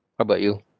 how about you